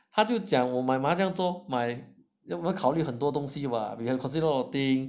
他就讲我买麻将这样多买 my 要考虑很多东西 what we have to consider a lot of things